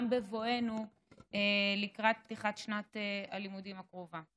בבואנו לקראת פתיחת שנת הלימודים הקרובה.